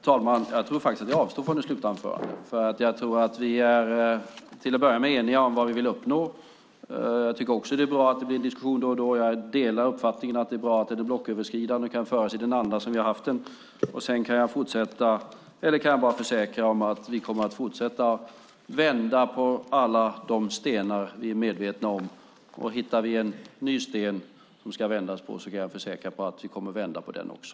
Herr talman! Jag avstår från ett slutanförande. Jag tror att vi är eniga om vad vi vill uppnå. Jag tycker också att det är bra att det då och då blir diskussion. Jag delar uppfattningen att det är bra att den är blocköverskridande och kan föras i den anda som vi har haft nu. Jag kan försäkra att vi kommer att fortsätta att vända på alla de stenar vi är medvetna om. Om vi hittar en ny sten som det ska vändas på kan jag försäkra att vi kommer att vända på den också.